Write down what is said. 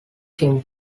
team